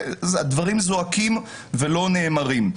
והדברים זועקים ולא נאמרים.